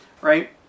Right